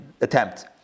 attempt